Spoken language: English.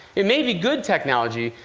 it may be good technology,